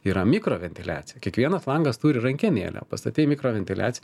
yra mikro ventiliacija kiekvienas langas turi rankenėlę pastatei mikro ventiliaciją